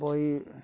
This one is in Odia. ବହି